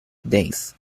days